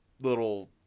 little